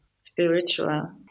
spiritual